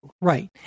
Right